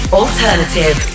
alternative